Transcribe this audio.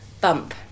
bump